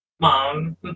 mom